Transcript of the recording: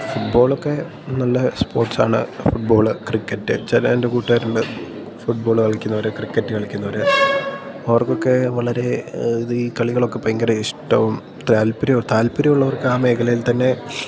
ഫുട്ബോളൊക്കെ നല്ല സ്പോർട്സാണ് football cricket ചില എൻ്റെ കൂട്ടുകാരുണ്ട് ഫുട്ബോള് കളിക്കുന്നവർ ക്രിക്കറ്റ് കളിക്കുന്നവർ അവർക്കൊക്കെ വളരെ ഇത് കളികളൊക്കെ ഭയങ്കര ഇഷ്ടവും താല്പര്യവും താല്പര്യമുള്ളവർക്ക് ആ മേഖലയിൽ തന്നെ